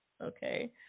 Okay